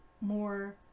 more